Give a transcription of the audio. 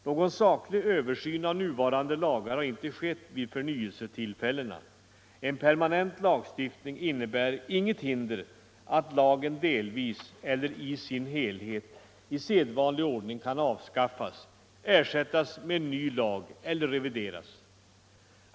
Någon saklig översyn av nuvarande lagar har inte skett vid förnyelsetillfällena. En permanent lagstiftning innebär inget hinder att lagen delvis eller i sin helhet i sedvanlig ordning kan avskaffas, ersättas med en ny lag eller revideras.